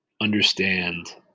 understand